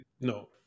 No